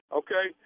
okay